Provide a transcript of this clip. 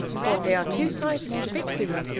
for they're two sizes too big for you,